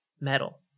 metal